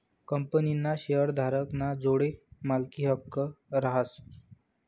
कंपनीना शेअरधारक ना जोडे मालकी हक्क रहास